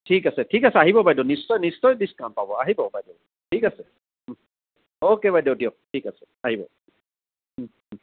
ঠিক আছে ঠিক আছে আহিব বাইদেউ নিশ্চয় নিশ্চয় ডিস্কাউণ্ট পাব আহিব ঠিক আছে অ'কে বাইদেউ দিয়ক ঠিক আছে আহিব